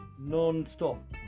non-stop